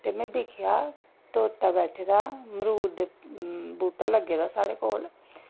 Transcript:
में दिक्खेआ तोता बैठे दा हा मरूद दा बूह्टा लग्गे दा हा साढ़े कोल